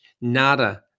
nada